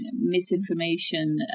misinformation